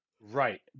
Right